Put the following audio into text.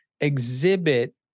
exhibit